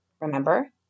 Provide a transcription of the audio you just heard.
remember